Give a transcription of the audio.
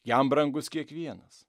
jam brangus kiekvienas